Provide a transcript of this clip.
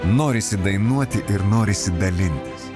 norisi dainuoti ir norisi dalintis